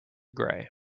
gray